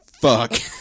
fuck